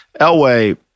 Elway